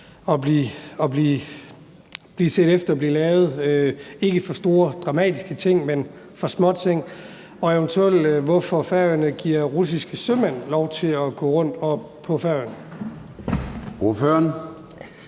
og blive set efter, blive repareret ikke for store, dramatiske ting, men for småting, og eventuelt hvorfor Færøerne giver russiske sømænd lov til at gå rundt oppe